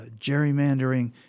gerrymandering